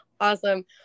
Awesome